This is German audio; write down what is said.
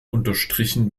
unterstrichen